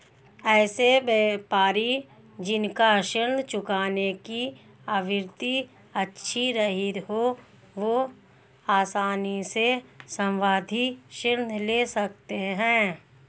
ऐसे व्यापारी जिन का ऋण चुकाने की आवृत्ति अच्छी रही हो वह आसानी से सावधि ऋण ले सकते हैं